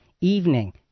evening